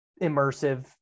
immersive